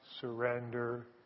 surrender